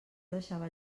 deixava